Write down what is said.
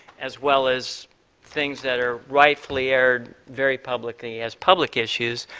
as well as things that are rightfully aired very publicly as public issues,